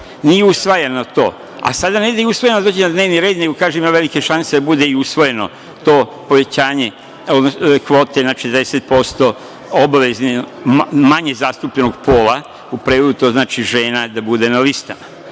nije usvajano to, a sada ne da je usvojeno da dođe na dnevni red, nego ima i velike šanse da bude usvojeno to povećanje kvote na 60% manje zastupljenog pola, u prevodu to znači žena, da bude na listama.